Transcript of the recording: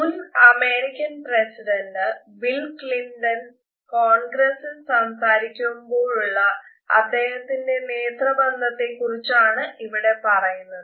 മുൻ American president Bill Clinton കോൺഗ്രസിൽ സംസാരിക്കുമ്പോഴുള്ള അദേഹത്തിന്റെ നേത്രബന്ധത്തെകുറിച്ചാണ് ഇവിടെ പറയുന്നത്